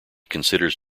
considers